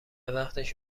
وقتش